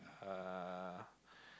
uh